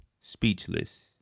speechless